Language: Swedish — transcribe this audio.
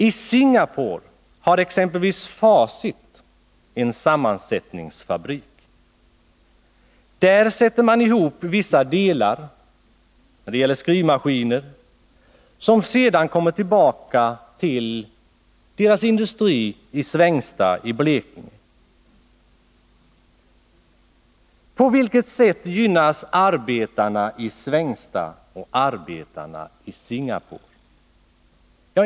I Singapore har Facit en sammansättningsfabrik för skrivmaskiner. Där sätter man ihop vissa delar, som sedan kommer tillbaka till Facits fabrik i Svängsta i Blekinge. På vilket sätt gynnas arbetarna i Svängsta och arbetarna i Singapore?